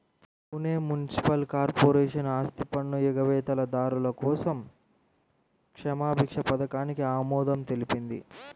Pune municipal corporation ఆస్తిపన్ను ఎగవేతదారుల కోసం క్షమాభిక్ష పథకానికి ఆమోదం తెలిపింది